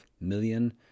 million